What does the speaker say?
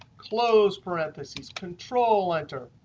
close parentheses. control-enter,